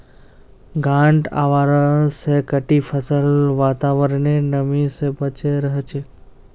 गांठ आवरण स कटी फसल वातावरनेर नमी स बचे रह छेक